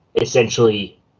essentially